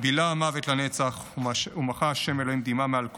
"בִּלע הַמות לנצח ומחה אדני ה' דמעה מעל כל